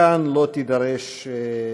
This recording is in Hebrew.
התשע"ד 2014. כאן לא תידרש הצבעה,